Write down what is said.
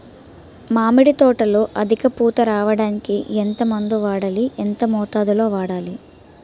మామిడి తోటలో అధిక పూత రావడానికి ఎంత మందు వాడాలి? ఎంత మోతాదు లో వాడాలి?